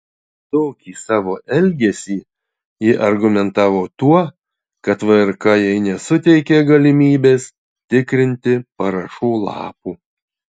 tokį savo elgesį ji argumentavo tuo kad vrk jai nesuteikė galimybės tikrinti parašų lapų